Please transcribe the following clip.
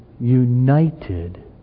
united